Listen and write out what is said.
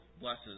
blesses